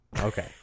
okay